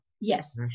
Yes